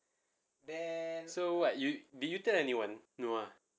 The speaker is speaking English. so what you did you tell anyone no ah